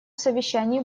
совещании